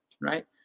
right